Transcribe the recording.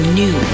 new